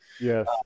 Yes